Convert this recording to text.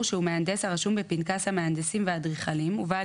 שהוא מהנדס הרשום בפנקס המהנדסים והאדריכלים ובעל